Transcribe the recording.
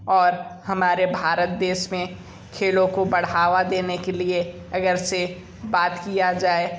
और हमारे भारत देश में खेलों को बढ़ावा देने के लिए अगरचे बात किया जाए